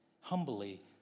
Humbly